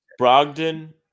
brogdon